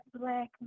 black